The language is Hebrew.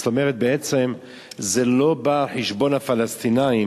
זאת אומרת, זה בעצם לא בא על חשבון על הפלסטינים